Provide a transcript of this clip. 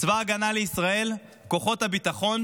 צבא ההגנה לישראל, כוחות הביטחון